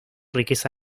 riqueza